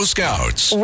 Scouts